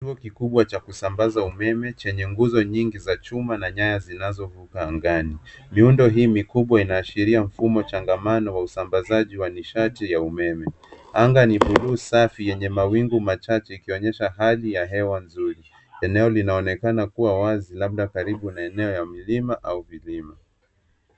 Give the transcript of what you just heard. Kituo kikubwa cha kusambaza umeme chenye nguzo nyingi za chuma na nyaya zinazovuka angani, Miundo hii mikubwa inaashiria mfumo changamano wa usambazaji wa nishati ya umeme. Anga bluu safi yenye mawingu machache ikionyesha hali ya hewa nzuri. Eneo linaonekana kuwa wazi labda karibu na eneo ya mlima au vilima.